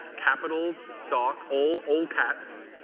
capital doc, all all caps.